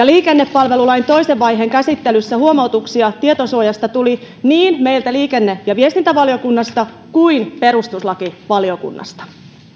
liikennepalvelulain toisen vaiheen käsittelyssä huomautuksia tietosuojasta tuli niin meiltä liikenne ja viestintävaliokunnasta kuin perustuslakivaliokunnasta